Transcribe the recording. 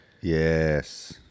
Yes